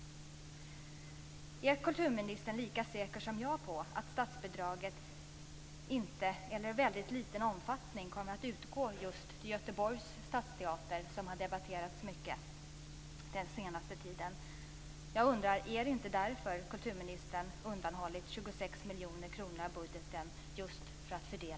Är kulturministern lika säker som jag på att statsbidraget inte, eller i väldigt liten omfattning, kommer att utgå just till Göteborgs Stadsteater, som har debatterats mycket under den senaste tiden? Är det inte just för att fördela hit som kulturministern har undanhållit 26 miljoner kronor av budgeten?